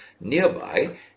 nearby